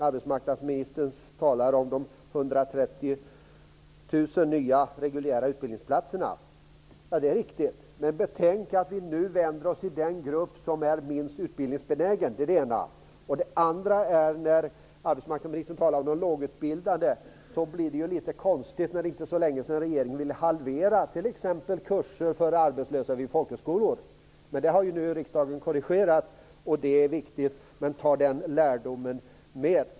Arbetsmarknadsministern talar i den om 130 000 nya reguljära utbildningsplatser, vilket är riktigt. Det ena jag vill säga är: Betänk att vi nu vänder oss till den grupp som är minst utbildningsbenägen. Det andra är: När arbetsmarknadsministern talar om de lågutbildade blir det litet konstigt eftersom regeringen för inte så länge sedan ville halvera anslag till t.ex. kurser för arbetslösa vid folkhögskolor. Det har nu riksdagen korrigerat, och det är bra. Ta med den lärdomen!